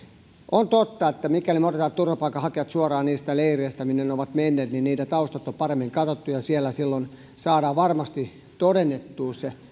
on totta että mikäli me otamme turvapaikanhakijat suoraan niistä leireistä minne he ovat menneet niin heidän taustansa on paremmin katsottu ja siellä silloin saadaan varmasti todennettua se